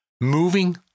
Moving